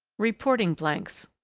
reporting blanks.